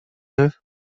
neuf